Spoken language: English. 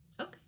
Okay